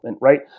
right